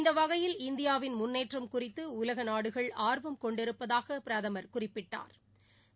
இந்தவகையில் இந்தியாவின் முன்னேற்றம் குறித்துஉலகநாடுகள் ஆர்வம் கொண்டிருப்பதாகபிரதமர் குறிப்பிட்டா்